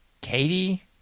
Katie